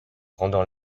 rendant